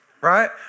Right